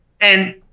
And-